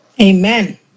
Amen